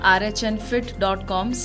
rhnfit.com